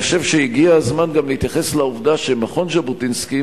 אני חושב שהגיע הזמן גם להתייחס לעובדה שמכון ז'בוטינסקי